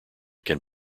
can